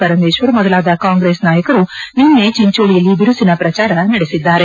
ಪರಮೇಶ್ವರ್ ಮೊದಲಾದ ಕಾಂಗ್ರೆಸ್ ನಾಯಕರು ನಿನ್ನೆ ಚಿಂಚೋಳಿಯಲ್ಲಿ ಬಿರುಸಿನ ಪ್ರಚಾರ ನಡೆಸಿದ್ದಾರೆ